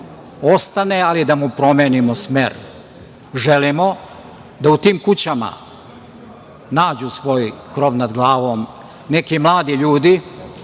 ostane, ali da mu promenimo smer. Želimo da u tim kućama nađu svoj krov nad glavom neki mladi ljudi